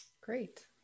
Great